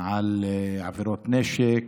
על עבירות נשק,